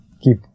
keep